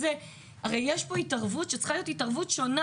הרי יש פה התערבות שצריכה להיות התערבות שונה.